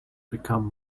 become